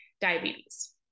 diabetes